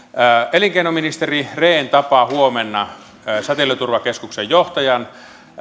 elinkeinoministeri rehn tapaa huomenna säteilyturvakeskuksen johtajan